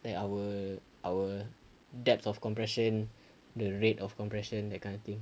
like our our depth of compression the rate of compression that kind of thing